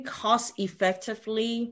cost-effectively